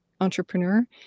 entrepreneur